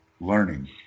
learning